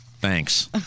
Thanks